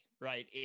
right